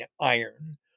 iron